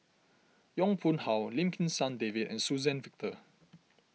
Yong Pung How Lim Kim San David and Suzann Victor